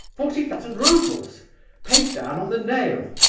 forty thousand roubles paid down on the nail!